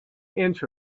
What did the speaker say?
inch